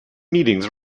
meetings